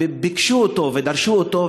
גם ביקשו אותו ודרשו אותו,